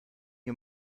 you